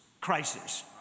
crisis